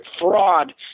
fraud